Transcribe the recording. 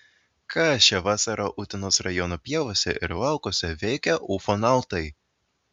ką šią vasarą utenos rajono pievose ir laukuose veikė ufonautai